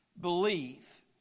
believe